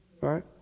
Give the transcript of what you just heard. right